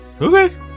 Okay